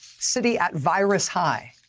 city at virus high.